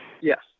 Yes